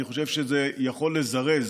אני חושב שזה יכול לזרז